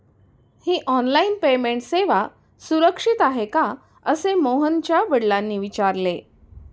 ही online payment सेवा सुरक्षित आहे का असे मोहनच्या वडिलांनी विचारले